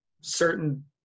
certain